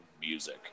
music